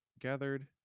gathered